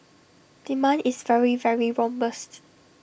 demand is very very robust